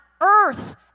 earth